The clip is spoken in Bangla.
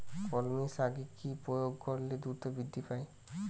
কলমি শাকে কি প্রয়োগ করলে দ্রুত বৃদ্ধি পায়?